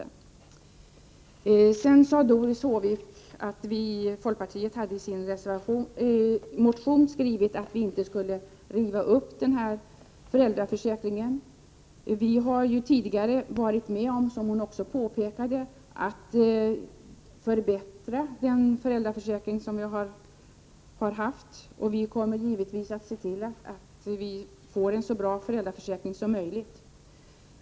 Doris Håvik sade vidare att folkpartiet i sin motion hade skrivit att man inte skulle riva upp föräldraförsäkringen. Vi har, som Doris Håvik också påpekade, tidigare varit med om att förbättra den föräldraförsäkring som vi har haft, och vi kommer givetvis att se till att vi får en så bra föräldraförsäkring som möjligt.